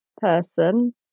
person